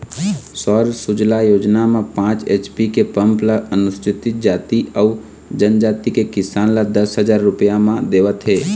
सौर सूजला योजना म पाँच एच.पी के पंप ल अनुसूचित जाति अउ जनजाति के किसान ल दस हजार रूपिया म देवत हे